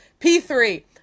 P3